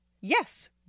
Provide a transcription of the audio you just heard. Yes